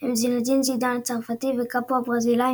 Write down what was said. הם זינדין זידאן הצרפתי וקאפו הברזילאי,